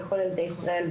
לכל ילדי ישראל,